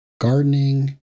gardening